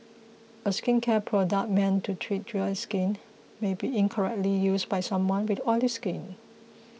a skincare product meant to treat dry skin may be incorrectly used by someone with oily skin